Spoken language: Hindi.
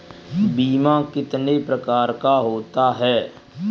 बीमा कितने प्रकार का होता है?